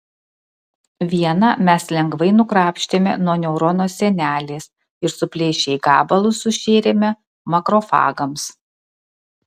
vieną mes lengvai nukrapštėme nuo neurono sienelės ir suplėšę į gabalus sušėrėme makrofagams